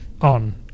on